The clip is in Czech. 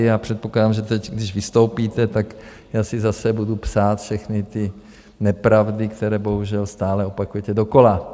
Já předpokládám, že teď, když vystoupíte, tak já si zase budu psát všechny ty nepravdy, které bohužel stále opakujete dokola.